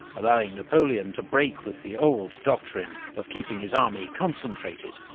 allowing napoleon to break with the old doctrine, of keeping his army concentrated,